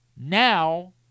now